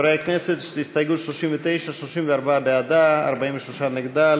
חברי הכנסת, הסתייגות 39: 34 בעדה, 43 נגדה.